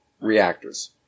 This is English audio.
reactors